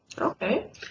Okay